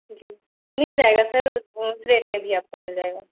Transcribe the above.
जी मिल जाएगा सर उस रेट में भी आपको मिल जाएगा